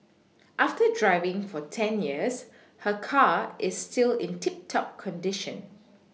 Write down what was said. after driving for ten years her car is still in tip top condition